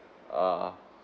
err